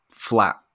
Flat